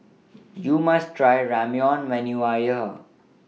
YOU must Try Ramyeon when YOU Are here